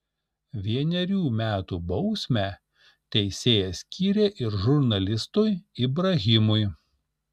vienerių metų bausmę teisėjas skyrė ir žurnalistui ibrahimui